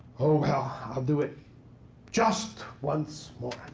oh i'll do it just once more.